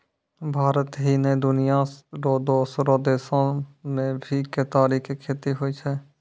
भारत ही नै, दुनिया रो दोसरो देसो मॅ भी केतारी के खेती होय छै